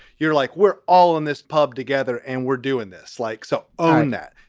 you're like, we're all in this pub together and we're doing this like so on that.